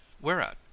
Whereat